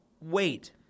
wait